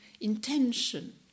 intention